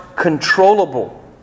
controllable